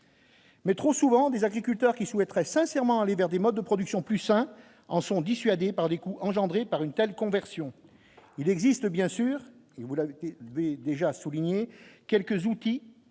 Mais trop souvent des agriculteurs qui souhaiteraient sincèrement aller vers des modes de production plus sain en sont dissuadés par les coûts engendrés par une telle conversion il existe bien sûr et vous l'avez été déjà souligné quelques outils